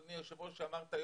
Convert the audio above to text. אדוני היושב שאמרת,